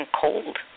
cold